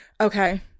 Okay